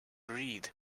read